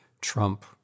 Trump